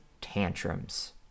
tantrums